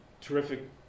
terrific